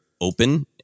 open